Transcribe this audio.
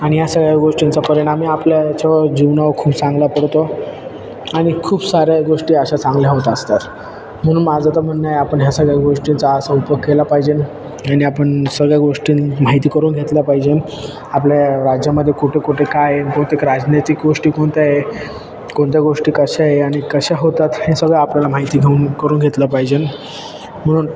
आणि या सगळ्या गोष्टींचा परिणामी आपल्या याच्यावर जीवनावर खूप चांगला पडतो आणि खूप साऱ्या गोष्टी अशा चांगल्या होत असतात म्हणून माझं तर म्हणणं आहे आपण ह्या सगळ्या गोष्टींचा असा उपयोग केला पाहिजे आणि आपण सगळ्या गोष्टी माहिती करून घेतल्या पाहिजे आपल्या राज्यामध्ये कुठे कुठे काय आहे बहुतेक राजनैतिक गोष्टी कोणत्या आहे कोणत्या गोष्टी कशा आहे आणि कशा होतात हे सगळं आपल्याला माहिती घेऊन करून घेतलं पाहिजे म्हणून